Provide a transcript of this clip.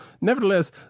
Nevertheless